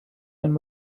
and